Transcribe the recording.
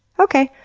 okay.